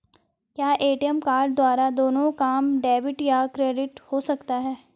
क्या ATM card द्वारा दोनों काम क्रेडिट या डेबिट हो सकता है?